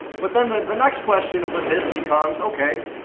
but then the the next question with this becomes, okay,